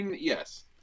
yes